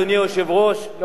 אדוני היושב-ראש,